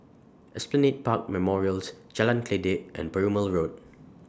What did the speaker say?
Esplanade Park Memorials Jalan Kledek and Perumal Road